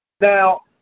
Now